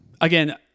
again